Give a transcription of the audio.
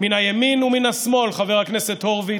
מן הימין ומן השמאל, חבר הכנסת הורוביץ,